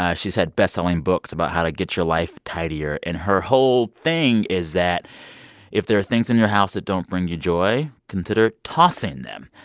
ah she's had bestselling books about how to get your life tidier. and her whole thing is that if there are things in your house that don't bring you joy, consider tossing them.